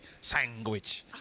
Sandwich